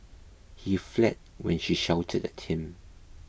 he fled when she shouted at him